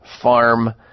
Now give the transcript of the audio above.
farm